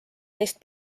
neist